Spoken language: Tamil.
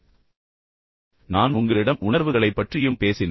மேலும் நான் உங்களிடம் உணர்வுகளைப் பற்றியும் பேசினேன்